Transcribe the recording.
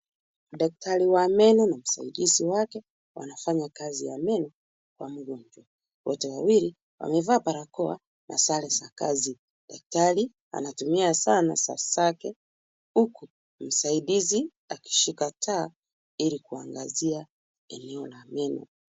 Daktari wa meno na msaidizi wake, wanafanya kazi ya meno kwa mgonjwa. Watu wawili wamevaa barakoa na sare za kazi. Daktari anatumia sana saa zake, huku msaidizi akishika taa ili kuangazia eneo la meno.